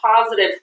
positive